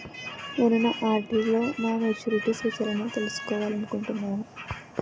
నేను నా ఆర్.డి లో నా మెచ్యూరిటీ సూచనలను తెలుసుకోవాలనుకుంటున్నాను